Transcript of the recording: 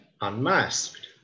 unmasked